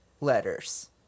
letters